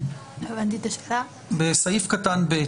אומרים בסעיף קטן (ב)